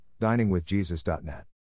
diningwithjesus.net